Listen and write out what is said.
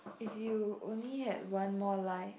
if you only had one more life